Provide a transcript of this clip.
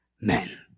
men